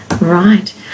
right